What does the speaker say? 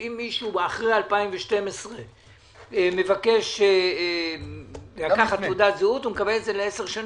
שאם מישהו אחרי 2012 מבקש לקחת תעודת זהות הוא מקבל את זה לעשר שנים.